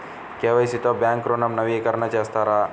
KYC తో bank ఋణం నవీకరణ చేస్తారా?